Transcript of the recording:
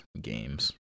games